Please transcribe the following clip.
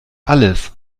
alles